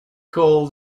call